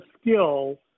skill